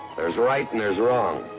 there's right and there's wrong.